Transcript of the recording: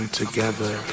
together